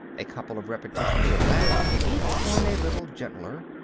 a couple of repetitions of that, each one a little gentler,